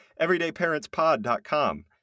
everydayparentspod.com